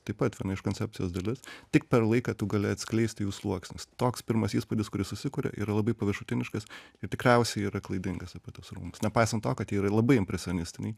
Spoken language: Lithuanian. taip pat viena iš koncepcijos dalis tik per laiką tu gali atskleisti jų sluoksnis toks pirmas įspūdis kuris susikuria yra labai paviršutiniškas ir tikriausiai yra klaidingas apie tuos rūmus nepaisant to kad yra labai impresionistiniai